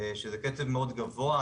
שזה קצב מאוד גבוה.